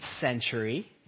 century